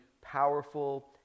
powerful